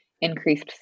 increased